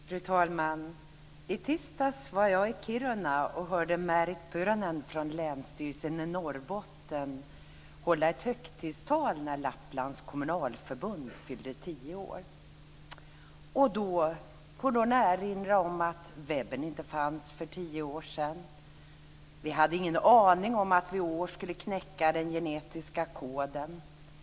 Fru talman! I tisdags var jag i Kiruna och hörde Märit Puranen från Länsstyrelsen i Norrbotten hålla ett högtidsland när Lapplands kommunalförbund fyllde tio år. Hon erinrade om att webben inte fanns för tio år sedan. Vi hade ingen aning att vi i år skulle knäcka den gentetiska koden.